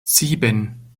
sieben